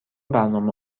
برنامه